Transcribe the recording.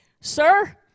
sir